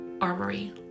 armory